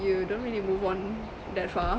you don't really move on that far